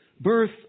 birth